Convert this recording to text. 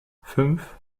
fünf